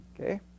Okay